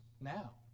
now